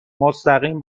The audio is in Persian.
مستقیم